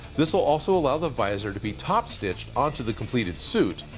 this will also allow the visor to be top stitched onto the completed suit,